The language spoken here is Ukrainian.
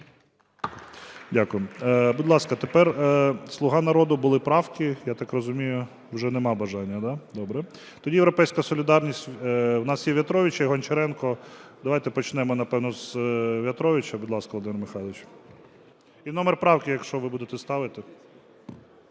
Дякуємо. Будь ласка, тепер "Слуга народу", були правки. Я так розумію, уже нема бажання, да? Тоді "Європейська солідарність", в нас є В'ятрович і Гончаренко. Давайте почнемо, напевно, з В'ятровича. Будь ласка, Володимир Михайлович. І номер правки, якщо ви будете ставити.